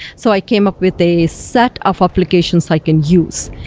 so i came up with a set of applications i can use.